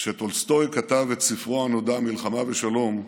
כשטולסטוי כתב את ספרו הנודע "מלחמה ושלום",